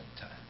time